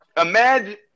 imagine